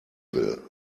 will